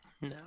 No